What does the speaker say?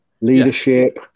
leadership